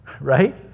Right